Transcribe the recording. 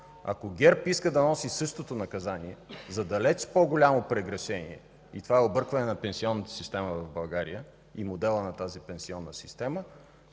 Ако ГЕРБ иска да носи същото наказание за далеч по-голямо прегрешение, и това е объркването на пенсионната система в България и на модела на тази пенсионна система,